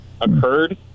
occurred